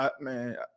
man